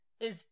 is-